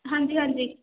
ਹਾਂਜੀ ਹਾਂਜੀ